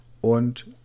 und